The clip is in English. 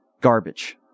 garbage